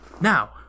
Now